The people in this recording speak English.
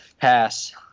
pass